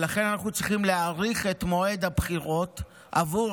ולכן אנחנו צריכים להאריך את מועד הבחירות עבור